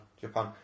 Japan